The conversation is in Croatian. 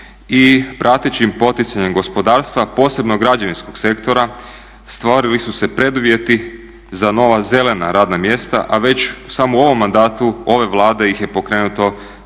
i pratećim poticanjem gospodarstva posebno građevinskog sektora stvorili su se preduvjeti za nova zelena radna mjesta a već samo u ovom mandatu ove Vlade ih je pokrenuto preko